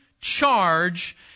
charge